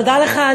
תודה לך,